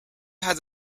has